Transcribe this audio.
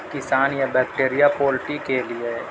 کسان یا bacteria poultry کے لئے